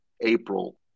April